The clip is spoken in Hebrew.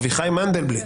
אביחי מנדלבליט,